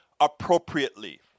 appropriately